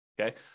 okay